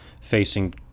facing